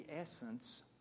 essence